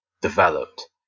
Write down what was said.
developed